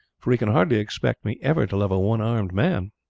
for he can hardly expect me ever to love a one-armed man.